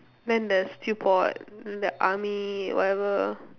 then the stew pot the army whatever